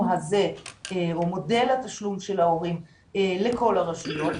הזה או מודל התשלום של ההורים לכל הרשויות,